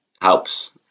helps